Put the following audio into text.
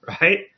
right